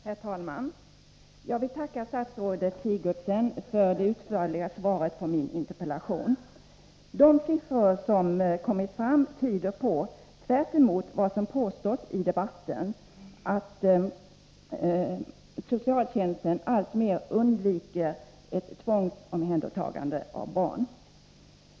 Herr talman! Jag vill tacka statsrådet Sigurdsen för det utförliga svaret på min interpellation. De siffror som nu har kommit fram tyder på, tvärtemot vad som påstås i debatten, att socialtjänsten alltmer undviker att tvångsomhänderta barn.